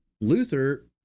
Luther